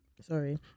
sorry